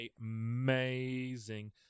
amazing